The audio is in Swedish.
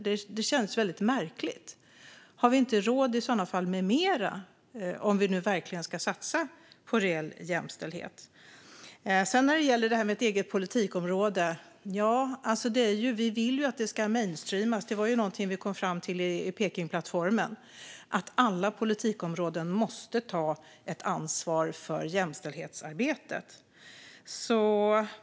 Borde vi inte ha råd med mer om vi verkligen ska satsa på reell jämställdhet? Så till detta med ett eget politikområde. Vi vill ju att det ska mainstreamas. I Pekingplattformen kom vi ju fram till att alla politikområden måste ta ett ansvar för jämställdhetsarbetet.